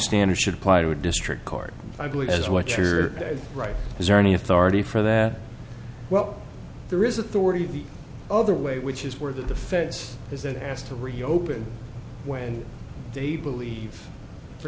standard should apply to a district court i believe is what you're right is there any authority for that well there is authority the other way which is where the defense is it has to reopen when they believe for